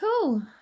cool